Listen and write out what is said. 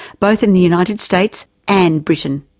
both in the united states and britain.